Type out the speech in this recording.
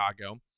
Chicago